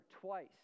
twice